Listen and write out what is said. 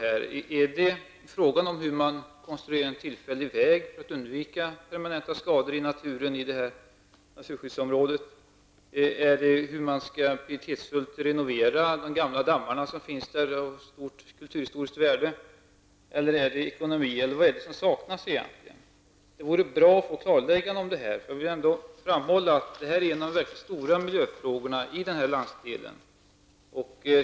Är det frågan om hur man konstruerar en tillfällig väg för att undvika permanenta skador i naturen i det här naturskyddsområdet? Är det hur man pietetsfullt skall renovera de gamla dammar som finns där och som är av stort kulturhistoriskt värde? Eller är det en ekonomisk fråga? Vad är det som saknas egentligen? Det vore bra att få ett klarläggande när det gäller detta. Jag vill framhålla att det här är en av de verkligt stora miljöfrågorna i den här landsdelen.